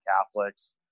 Catholics